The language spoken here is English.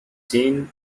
seen